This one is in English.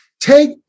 take